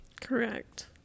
Correct